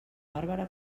bàrbara